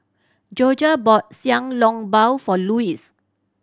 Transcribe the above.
Jorja bought long bao for Luis